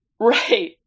right